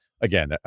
again